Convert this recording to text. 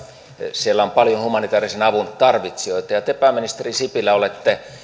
siellä on paljon humanitäärisen avun tarvitsijoita te pääministeri sipilä olette